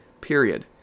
period